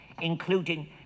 including